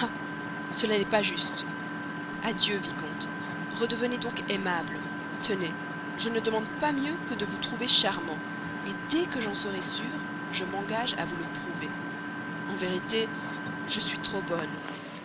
cela n'est pas juste adieu vicomte redevenez donc aimable tenez je ne demande pas mieux que de vous trouver charmant dès que j'en serai sûre je m'engage à vous le prouver en vérité je suis trop bonne